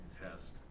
test